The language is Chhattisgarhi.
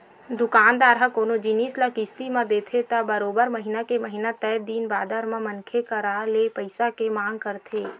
दुकानदार ह कोनो जिनिस ल किस्ती म देथे त बरोबर महिना के महिना तय दिन बादर म मनखे करा ले पइसा के मांग करथे